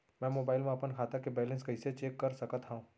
मैं मोबाइल मा अपन खाता के बैलेन्स कइसे चेक कर सकत हव?